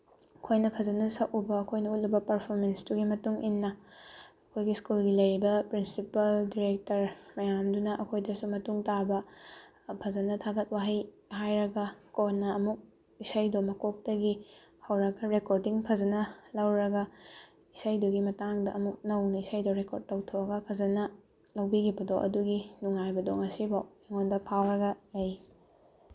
ꯑꯩꯈꯣꯏꯅ ꯐꯖꯅ ꯁꯛꯎꯕ ꯑꯩꯈꯣꯏꯅ ꯎꯠꯂꯤꯕ ꯄꯔꯐꯣꯃꯦꯟꯁꯇꯨꯒꯤ ꯃꯇꯨꯡꯏꯟꯅ ꯑꯩꯈꯣꯏꯒꯤ ꯁ꯭ꯀꯨꯜꯒꯤ ꯂꯩꯔꯤꯕ ꯄ꯭ꯔꯤꯟꯁꯤꯄꯜ ꯗꯤꯔꯦꯛꯇꯔ ꯃꯌꯥꯝꯗꯨꯅ ꯑꯩꯈꯣꯏꯗꯁꯨ ꯃꯇꯨꯡ ꯇꯥꯕ ꯐꯖꯅ ꯊꯥꯒꯠ ꯋꯥꯍꯩ ꯍꯥꯏꯔꯒ ꯀꯣꯟꯅ ꯑꯃꯨꯛ ꯏꯁꯩꯗꯣ ꯃꯀꯣꯛꯇꯒꯤ ꯍꯧꯔꯒ ꯔꯦꯀꯣꯔꯗꯤꯡ ꯐꯖꯅ ꯂꯧꯔꯒ ꯏꯁꯩꯗꯨꯒꯤ ꯃꯇꯥꯡꯗ ꯑꯃꯨꯛ ꯅꯧꯅ ꯏꯁꯩꯗꯣ ꯔꯦꯀꯣꯔꯠ ꯇꯧꯊꯣꯛꯑꯒ ꯐꯖꯅ ꯂꯧꯕꯤꯈꯤꯕꯗꯣ ꯑꯗꯨꯒꯤ ꯅꯨꯡꯉꯥꯏꯕꯗꯣ ꯉꯁꯤ ꯐꯥꯎ ꯑꯩꯉꯣꯟꯗ ꯐꯥꯎꯔꯒ ꯂꯩ